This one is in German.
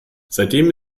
seitdem